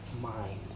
mind